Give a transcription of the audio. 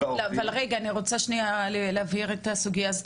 רגע, אני רוצה שנייה להבהיר את הסוגייה הזאת.